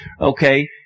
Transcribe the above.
Okay